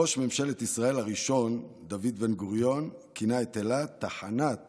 ראש ממשלת ישראל הראשון דוד בן-גוריון כינה את אילת "תחנת